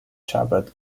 chabad